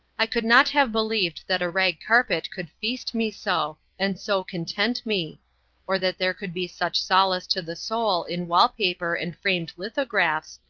i could not have believed that a rag carpet could feast me so, and so content me or that there could be such solace to the soul in wall-paper and framed lithographs,